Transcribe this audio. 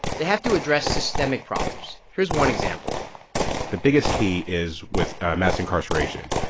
they have to address systemic problems. here's one example the biggest key is with mass incarceration.